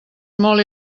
molt